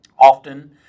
Often